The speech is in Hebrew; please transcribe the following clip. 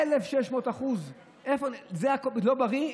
1,600%. לא בריא?